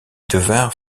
devinrent